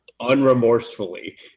unremorsefully